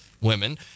women